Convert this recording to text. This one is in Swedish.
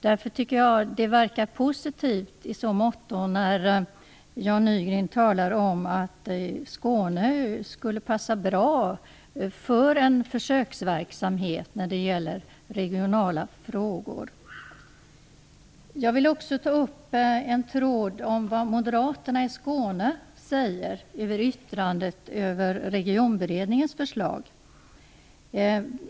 Därför tycker jag att det verkar positivt i så måtto att Jan Nygren talar om att Skåne skulle passa bra för en försöksverksamhet när det gäller regionala frågor. Jag vill också ta upp en tråd som gäller vad Moderaterna i Skåne säger i yttrandet över Regionberedningens förslag.